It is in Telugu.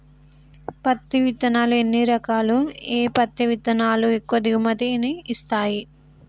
పత్తి విత్తనాలు ఎన్ని రకాలు, ఏ పత్తి విత్తనాలు ఎక్కువ దిగుమతి ని ఇస్తాయి?